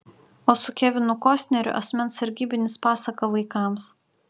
o su kevinu kostneriu asmens sargybinis pasaka vaikams